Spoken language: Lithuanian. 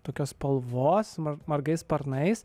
tokios spalvos margais sparnais